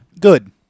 Good